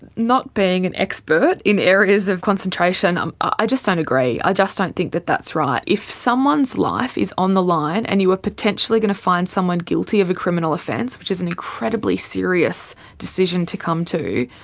not being an expert in areas of concentration, um i just don't agree. i just don't think that that's right. if someone's life is on the line and you are potentially going to find someone guilty of a criminal offence, which is an incredibly serious decision to come to,